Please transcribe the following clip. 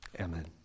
Amen